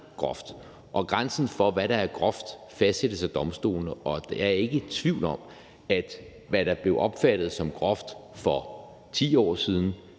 Grænsen for, hvad der er groft, fastsættes af domstolene, og der er ikke tvivl om, at hvad der blev opfattet som groft for 10 år siden,